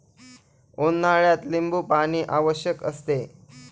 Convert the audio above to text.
उन्हाळ्यात लिंबूपाणी आवश्यक असते